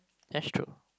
that's true